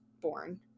born